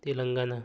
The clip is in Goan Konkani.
तेलंगना